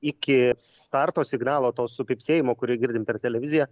iki starto signalo to supypsėjimo kurį girdim per televiziją